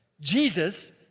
Jesus